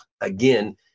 again